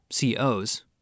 COs